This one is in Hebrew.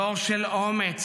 דור של אומץ,